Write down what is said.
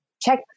Check